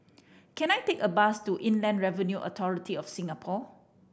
can I take a bus to Inland Revenue Authority of Singapore